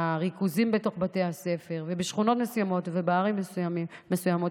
הריכוזים בתוך בתי הספר ובשכונות מסוימות ובערים מסוימות,